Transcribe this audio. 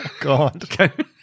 God